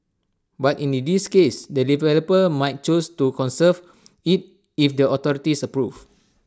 but in this case the developer might choose to conserve IT if the authorities approve